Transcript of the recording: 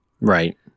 Right